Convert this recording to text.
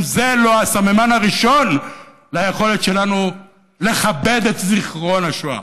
אם זה לא הסממן הראשון ליכולת שלנו לכבד את זיכרון השואה?